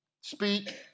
speak